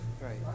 Right